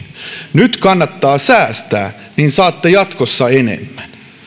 nyt kannattaa säästää niin saatte jatkossa enemmän